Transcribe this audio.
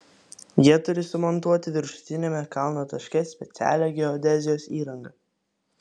jie turi sumontuoti viršutiniame kalno taške specialią geodezijos įrangą